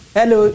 Hello